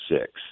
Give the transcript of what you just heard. six